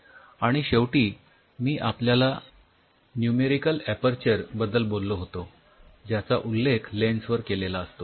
आणि शेवटी मी आपल्याला न्यूमेरिकल ऍपर्चर बद्दल बोललो होतो ज्याचा उल्लेख लेन्स वर केलेला असतो